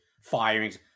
firings